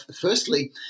firstly